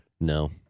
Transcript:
No